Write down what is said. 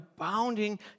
abounding